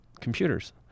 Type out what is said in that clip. computers